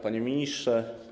Panie Ministrze!